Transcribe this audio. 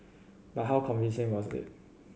but how convincing was it